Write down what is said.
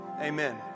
Amen